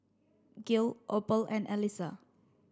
Gil Opal and Elyssa